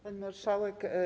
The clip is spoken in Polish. Pani Marszałek!